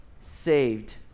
saved